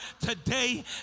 today